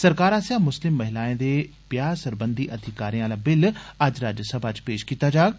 सरकार आसेआ मुस्लिम महिलाएं दे ब्याह् सरबंधी अधिकारें आह्ला बिल अज्ज राज्यसभा च पेष कीता जाग